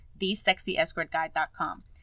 thesexyescortguide.com